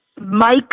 Mike